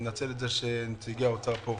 ומנצל את זה שנציגי משרד האוצר נמצאים פה